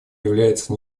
является